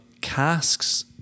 casks